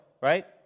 right